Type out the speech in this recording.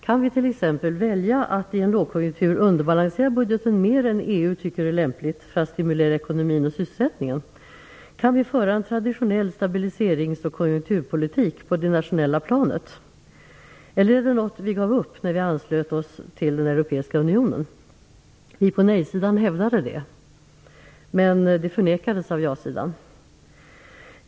Kan vi t.ex. välja att i en lågkonjunktur underbalansera budgeten mer än vad EU tycker är lämpligt för att stimulera ekonomin och sysselsättningen? Kan vi föra en traditionell stabiliserings och konjunkturpolitik på det nationella planet? Eller är det något vi gav upp när vi anslöt oss till den europeiska unionen? Vi på nej-sidan hävdade det, men det förnekades av ja-sidan.